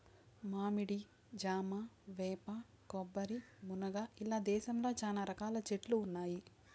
మామిడి, జామ, వేప, కొబ్బరి, మునగ ఇలా దేశంలో చానా రకాల చెట్లు ఉన్నాయి